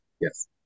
Yes